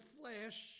flesh